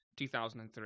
2003